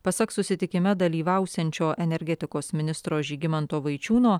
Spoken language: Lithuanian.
pasak susitikime dalyvausiančio energetikos ministro žygimanto vaičiūno